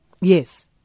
Yes